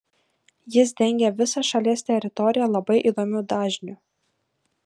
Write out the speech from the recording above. jis dengė visą šalies teritoriją labai įdomiu dažniu